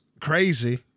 crazy